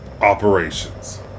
Operations